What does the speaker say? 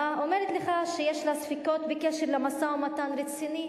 אומרת לך שיש לה ספקות בקשר למשא-ומתן רציני.